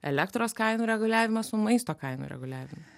elektros kainų reguliavimą su maisto kainų reguliavim